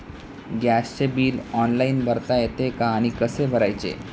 गॅसचे bill online भरता येते का आणि कसे भरायचे?